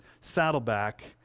Saddleback